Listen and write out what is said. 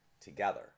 together